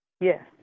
Yes